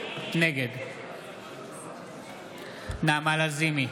נגד נעמה לזימי,